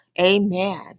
Amen